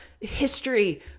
history